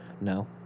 No